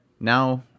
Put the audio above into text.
now